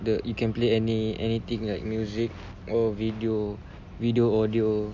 the you can play any anything like music or video video audio